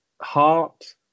heart